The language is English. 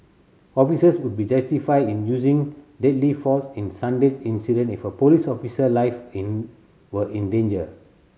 officers would be justified in using deadly force in Sunday's incident if a police officer life in were in danger